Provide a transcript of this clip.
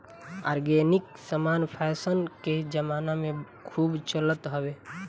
organic समान fashion के जमाना में खूब चलत हवे